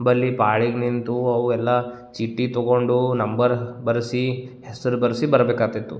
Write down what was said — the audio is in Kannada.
ಬಳಿ ಪಾಳಿಗೆ ನಿಂತು ಅವು ಎಲ್ಲ ಚೀಟಿ ತಗೊಂಡು ನಂಬರ್ ಬರೆಸಿ ಹೆಸ್ರು ಬರೆಸಿ ಬರ್ಬೇಕಾಗ್ತಿತ್ತು